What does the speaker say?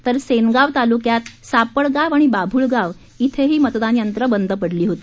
तर सेनगाव तालुक्यात सापडगाव आणि बाभूळगाव इथंही मतदान यंत्रही बंद पडली होती